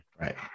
right